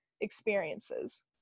experiences